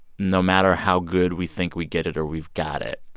no matter how good we think we get it or we've got it,